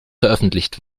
veröffentlicht